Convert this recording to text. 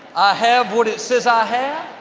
have what it says i have,